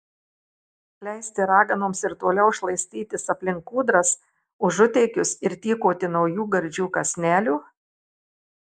leisti raganoms ir toliau šlaistytis aplink kūdras užutėkius ir tykoti naujų gardžių kąsnelių